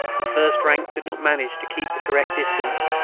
the first rank could not manage to keep the correct distance,